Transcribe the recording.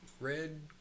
red